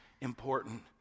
important